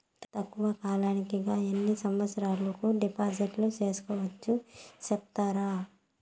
తక్కువ కాలానికి గా ఎన్ని సంవత్సరాల కు డిపాజిట్లు సేసుకోవచ్చు సెప్తారా